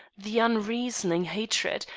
the unreasoning hatred,